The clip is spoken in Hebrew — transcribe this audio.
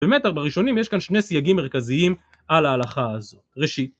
באמת הרבה ראשונים, יש כאן שני סייגים מרכזיים על ההלכה הזו. ראשי.